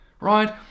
Right